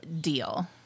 deal